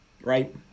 right